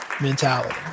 mentality